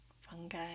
fungi